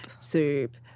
Soup